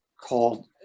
called